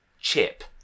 chip